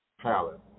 palette